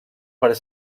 per